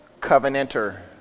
Covenanter